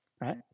right